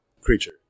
creature